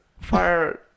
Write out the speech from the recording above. fire